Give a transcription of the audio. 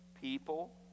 People